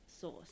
source